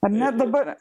ar ne dabar